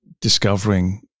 discovering